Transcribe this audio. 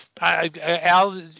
Al